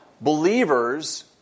believers